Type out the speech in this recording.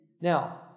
Now